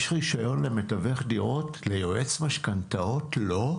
יש רישיון למתווך דירות, ליועץ משכנתאות לא?